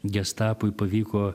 gestapui pavyko